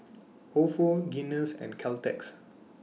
Ofo Guinness and Caltex